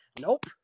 Nope